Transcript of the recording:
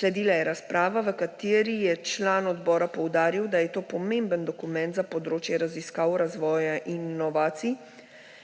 Sledila je razprava, v kateri je član odbora poudaril, da je to pomemben dokument za področje raziskav, razvoja in inovacij,